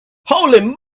holy